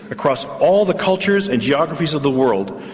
across all the cultures and geographies of the world,